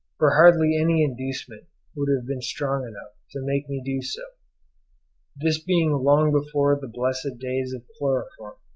for hardly any inducement would have been strong enough to make me do so this being long before the blessed days of chloroform.